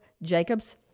Jacobs